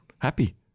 happy